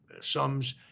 sums